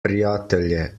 prijatelje